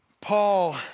Paul